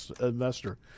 investor